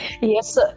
Yes